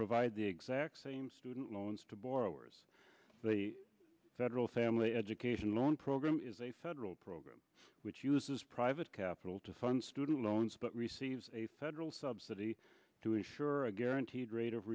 provide the exact same student loans to borrowers the federal family education loan program is a federal program which uses private capital to fund student loans but receives a federal subsidy to ensure a guaranteed rate of